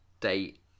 date